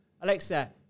Alexa